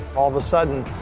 all of a sudden,